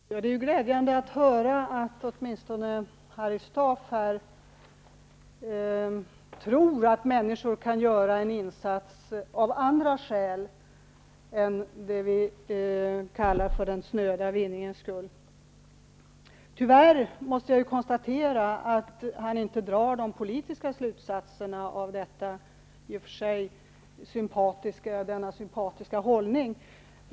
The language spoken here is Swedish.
Herr talman! Det är glädjande att höra att åtminstone Harry Staaf tror att människor kan göra en insats av andra skäl än för det vi kallar den snöda vinningen. Tyvärr måste jag konstatera att han inte drar de politiska slutsatserna av den i och för sig sympatiska hållningen.